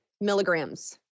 milligrams